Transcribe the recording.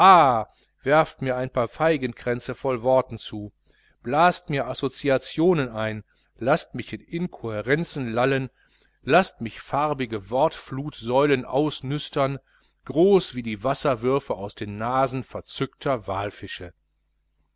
werft mir ein paar feigenkränze voll worten zu blast mir assoziationen ein laßt mich in inkohärenzen lallen laßt mich farbige wortflutsäulen ausnüstern groß wie die wasserwürfe aus den nasen verzückter walfische